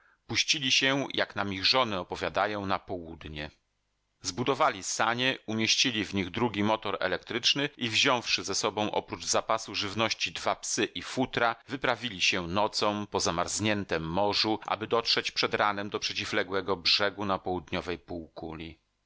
puścili się jak nam ich żony opowiadają na południe zbudowali sanie umieścili w nich drugi motor elektryczny i wziąwszy ze sobą oprócz zapasu żywności dwa psy i futra wyprawili się nocą po zamarzniętem morzu aby dotrzeć przed ranem do przeciwległego brzegu na południowej półkuli